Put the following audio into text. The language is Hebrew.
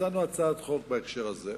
הצענו הצעת חוק בהקשר הזה.